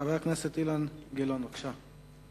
חבר הכנסת אילן גילאון, בבקשה.